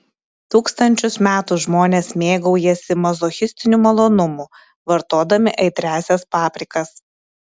tūkstančius metų žmonės mėgaujasi mazochistiniu malonumu vartodami aitriąsias paprikas